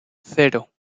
cero